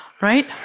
right